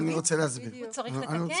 הוא צריך לתקן.